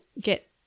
get